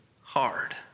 hard